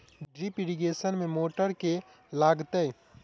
Drip irrigation मे motor केँ लागतै?